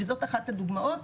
וזאת אחת הדוגמאות.